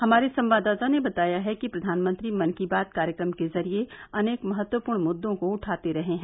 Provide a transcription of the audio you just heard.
हमारे संवाददाता ने बताया है कि प्रधानमंत्री मन की बात कार्यक्रम के जरिये अनेक महत्वपूर्ण मुददों को उठाते रहे हैं